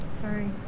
Sorry